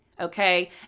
Okay